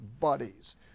buddies